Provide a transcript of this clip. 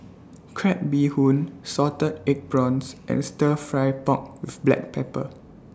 Crab Bee Hoon Salted Egg Prawns and Stir Fry Pork with Black Pepper